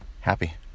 happy